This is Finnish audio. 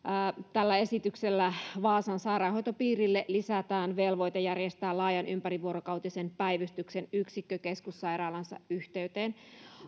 tällä esityksellä vaasan sairaanhoitopiirille lisätään velvoite järjestää laaja ympärivuorokautisen päivystyksen yksikkö keskussairaalansa yhteyteen